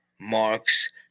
marks